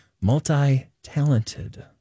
multi-talented